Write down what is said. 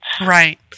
Right